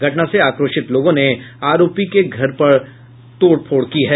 घटना से आक्रोशित लोगों ने आरोपी के घर पर तोड़फोड़ की है